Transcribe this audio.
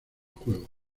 juego